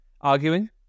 arguing